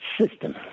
system